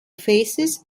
faces